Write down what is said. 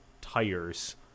tires